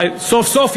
סוף-סוף,